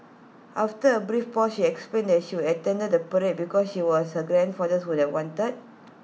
after A brief pause she explained that she attended the parade because she was her grandfather would have wanted